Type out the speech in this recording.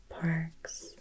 parks